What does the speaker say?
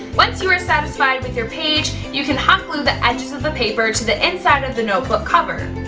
once you are satisfied with your page, you can hot glue the edges of the paper to the inside of the notebook cover.